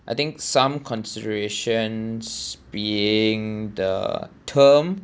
I think some considerations being the term